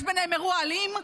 אם יש ביניהם אירוע אלים,